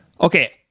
Okay